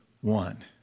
one